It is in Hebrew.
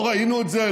לא ראינו את זה,